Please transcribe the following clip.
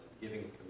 giving